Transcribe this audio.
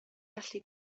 gallu